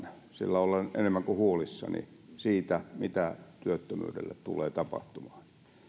sillä olen enemmän kuin huolissani siitä mitä työttömyydelle tulee tapahtumaan me